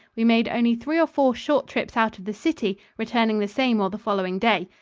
we made only three or four short trips out of the city returning the same or the following day.